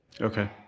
Okay